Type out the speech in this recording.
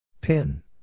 Pin